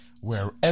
wherever